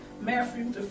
Matthew